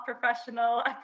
professional